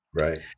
Right